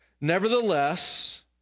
Nevertheless